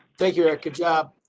thank you. good job